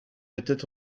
étaient